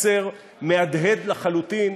מסר מהדהד לחלוטין,